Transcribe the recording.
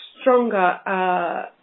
stronger